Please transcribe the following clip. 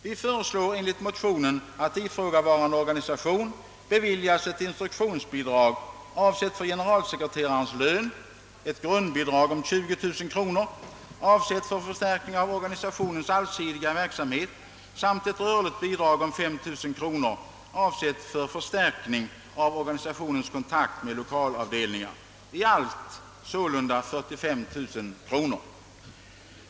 Vi föreslår i motionen att organisationen beviljas ett instruktionsbidrag, avsett för generalsekreterarens lön, ett grundbidrag om 20 000 kronor avsett till förstärkning av organisationens allsidiga verksamhet samt ett rörligt bidrag om 5 000 kronor avsett för förstärkning av organisationens kontakt med sina l1okalavdelningar, i allt sålunda 45 000 kronor.